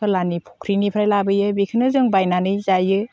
खोलाहानि फख्रिनिफ्राय लाबोयो बेखौनो जों बायनानै जायो